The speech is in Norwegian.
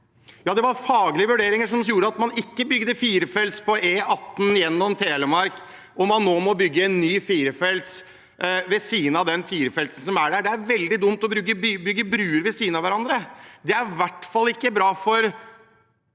det var faglige vurderinger som gjorde at man ikke bygde fire felter på E18 gjennom Telemark, og at man nå må bygge en ny firefelts vei ved siden av den som er der fra før. Det er veldig dumt å bygge bruer ved siden av hverandre. Det er i hvert fall ikke bra for